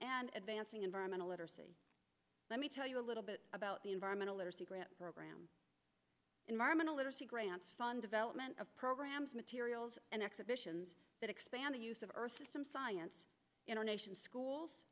and advancing environmental literacy let me tell you a little bit about the environmental literacy grant program environmental literacy grants fund development of programs materials and exhibitions that expand the use of earth system science in our nation's schools